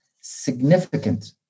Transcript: significant